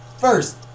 First